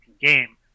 game